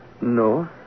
No